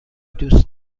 دوست